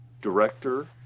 director